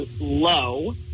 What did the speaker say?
low